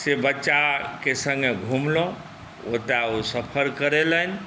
से बच्चाके सङ्गे घुमलहुँ ओतऽ ओ सफर करेलनि